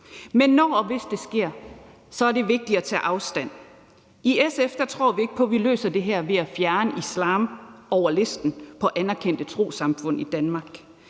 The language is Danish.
Men når og hvis det sker, er det vigtigt at tage afstand fra det. I SF tror vi ikke på, at vi løser det her ved at fjerne islam fra listen over anerkendte trossamfund i Danmark.